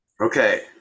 Okay